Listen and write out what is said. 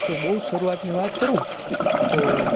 જો બહુ જ શરૂઆતની વાત કરું તો